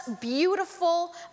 beautiful